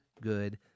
good